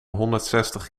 honderdzestig